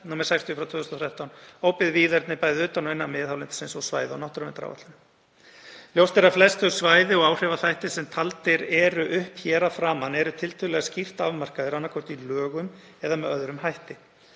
nr. 60/2013, óbyggð víðerni, bæði utan og innan miðhálendis og svæði á náttúruverndaráætlunum. Ljóst er að flest þau svæði og áhrifaþættir sem taldir eru upp hér að framan eru tiltölulega skýrt afmarkaðir annaðhvort í lögum eða með öðrum hætti.